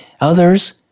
Others